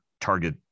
target